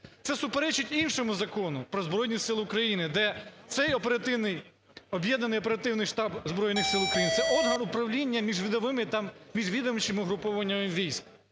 Це суперечить іншому Закону про Збройні Сили України, де цей об'єднаний оперативний штаб Збройних Сил України – це орган управління міжвидовими та міжвідомчими угруповуваннями військ.